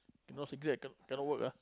no cigarette can't cannot work ah